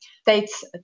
state's